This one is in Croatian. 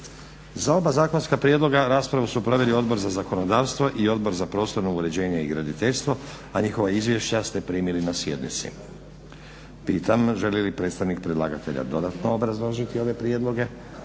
Za oba zakonska prijedloga raspravu su proveli Odbor za zakonodavstvo i Odbor za prostorno uređenje i graditeljstvo, a njihova izvješća ste primili na sjednici. Pitam želi li predstavnik predlagatelja dodatno obrazložiti ove prijedloge?